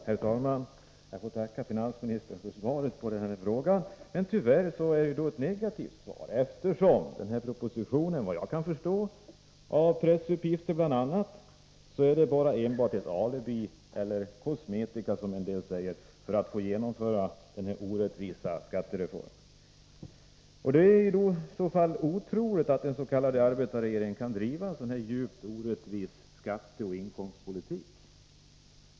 Herr talman! Jag får tacka finansministern för svaret på min fråga. Tyvärr är det ett negativt svar, eftersom den här propositionen, såvitt jag kan förstå av bl.a. pressuppgifter, enbart är ett alibi eller, som en del säger, kosmetika för att få genomföra den orättvisa skattereformen. Det är i så fall otroligt att ens.k. arbetarregering kan driva en så djupt orättvis skatteoch inkomstpolitik.